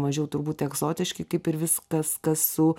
mažiau turbūt egzotiški kaip ir viskas kas su